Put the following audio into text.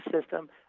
system